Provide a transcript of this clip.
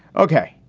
ok,